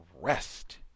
rest